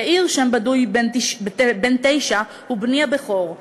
יאיר, שם בדוי, בן תשע, הוא בני הבכור.